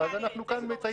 אז אנחנו כאן מצייצים בזום.